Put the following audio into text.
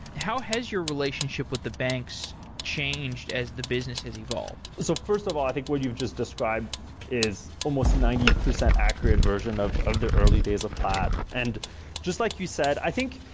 how has your relationship with the banks changed as the business has evolved? so first of all, i think what you've just described is almost ninety percent accurate version of of the early days of plaid. and just like you said, i think,